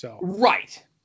Right